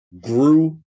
grew